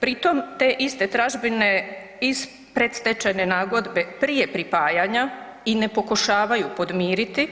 Pri tom te iste tražbine iz predstečajne nagodbe prije pripajanja i ne pokušavaju podmiriti,